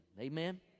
Amen